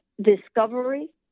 discovery